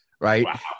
right